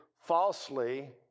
falsely